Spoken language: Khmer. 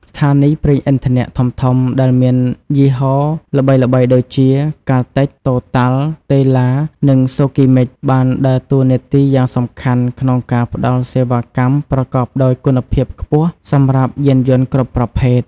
ស្ថានីយ៍ប្រេងឥន្ធនៈធំៗដែលមានយីហោល្បីៗដូចជា កាល់តិច , តូតាល់ , តេឡា និង សូគីម៉ិច បានដើរតួនាទីយ៉ាងសំខាន់ក្នុងការផ្តល់សេវាកម្មប្រកបដោយគុណភាពខ្ពស់សម្រាប់យានយន្តគ្រប់ប្រភេទ។